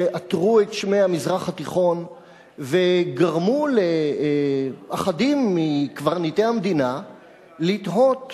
שעטרו את שמי המזרח התיכון וגרמו לאחדים מקברניטי המדינה לתהות,